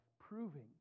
proving